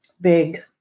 big